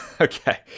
okay